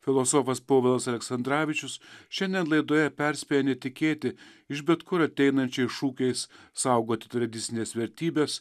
filosofas povilas aleksandravičius šiandien laidoje perspėja netikėti iš bet kur ateinančiai šūkiais saugoti tradicines vertybes